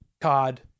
cod